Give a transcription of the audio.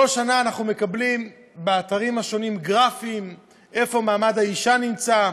בכל שנה אנחנו מקבלים באתרים השונים גרפים איפה מעמד האישה נמצא,